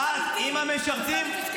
אדוני הנכבד רון,